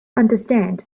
understand